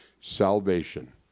salvation